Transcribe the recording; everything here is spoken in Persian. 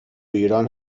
ایران